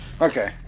Okay